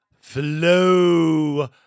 Flow